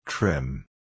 Trim